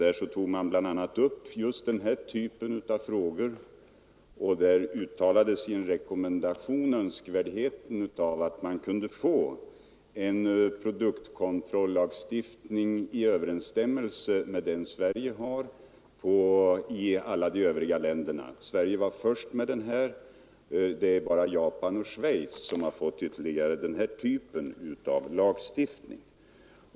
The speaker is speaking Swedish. Där tog man bl.a. upp just denna typ av frågor och uttalade i en rekommendation önskvärdheten av att de övriga länderna fick en produktkontrollagstiftning som överensstämmer med den som vi har här i Sverige. Vi har varit först med denna lagstiftning. Det är bara Japan och Schweiz som också har fått samma typ av lagstiftning.